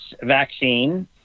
vaccine